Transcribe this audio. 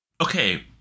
okay